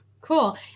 Cool